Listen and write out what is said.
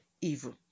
evil